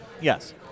Yes